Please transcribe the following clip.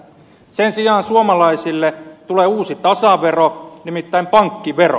sen sijaan suomalaisille tulee uusi tasavero nimittäin pankkivero